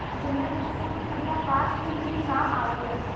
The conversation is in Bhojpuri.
गेंदा के फूल पूजा पाठ में काम आवेला